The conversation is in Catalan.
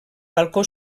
balcó